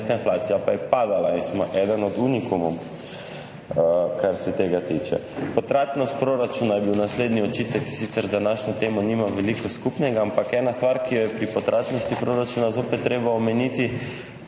pa je padala in smo eden od unikumov, kar se tega tiče. Potratnost proračuna je bil naslednji očitek, ki sicer z današnjo temo nima veliko skupnega, ampak ena od stvari, ki jo je pri potratnosti proračuna zopet treba omeniti,